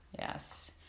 Yes